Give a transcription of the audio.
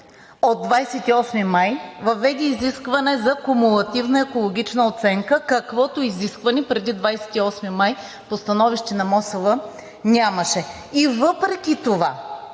от 28 май въведе изискване за кумулативна екологична оценка, каквото изискване преди 28 май, по становище на МОСВ, нямаше. И въпреки това